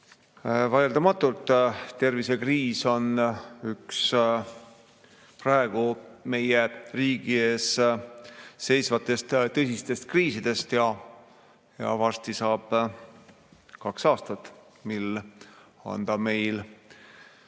Vaieldamatult on tervisekriis üks praegu meie riigi ees seisvatest tõsistest kriisidest. Varsti saab kaks aastat, mil see on meil